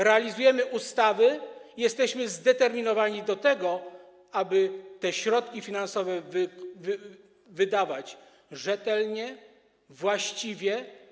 Realizujemy ustawy i jesteśmy zdeterminowani, aby te środki finansowe wydawać rzetelnie, właściwie.